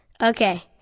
Okay